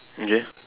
ya